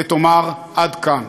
ותאמר: עד כאן.